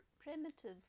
Primitive